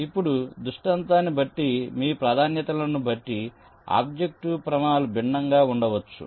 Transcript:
ఇప్పుడు దృష్టాంతాన్ని బట్టి మీ ప్రాధాన్యతలను బట్టి ఆబ్జెక్టివ్ ప్రమాణాలు భిన్నంగా ఉండవచ్చు